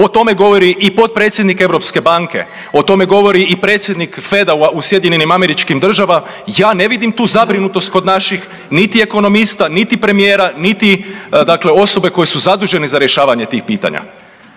O tome govori i potpredsjednik europske banke, o tome govori i predsjednik FDU-a u SAD-u, ja ne vidim tu zabrinutost kod naših niti ekonomista, niti premijera, niti dakle osobe koje su dakle zadužene za rješavanje tih pitanja.